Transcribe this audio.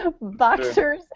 boxers